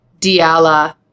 Diala